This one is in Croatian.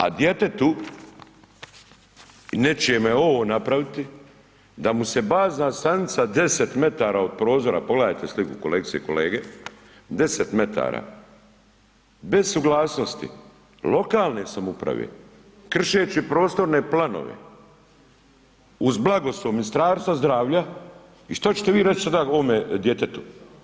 A djetetu, nečijemu ovo napraviti, da mu se bazna stanica deset metara od prozora, pogledajte sliku kolegice i kolege, deset metara, bez suglasnosti lokalne samouprave, kršeći Prostorne planove, uz blagoslov Ministarstva zdravlja, i što ćete vi reći sada ovome djetetu?